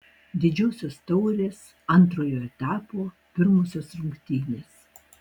didžiosios taurės antrojo etapo pirmosios rungtynės